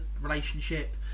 relationship